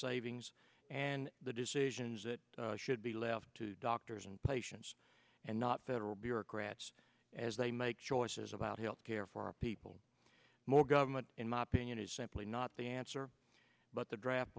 savings and the decisions that should be left to doctors and patients and not federal bureaucrats as they make choices about health care for our people more government in my opinion is simply not the answer but the draft